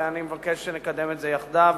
ואני מבקש שנקדם את זה יחדיו,